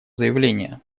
заявление